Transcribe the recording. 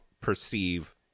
perceive